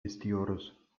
istiyoruz